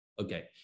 Okay